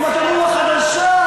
אמרתם רוח חדשה,